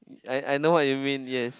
I I know what you mean yes